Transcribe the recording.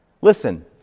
listen